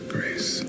Grace